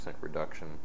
reduction